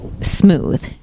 smooth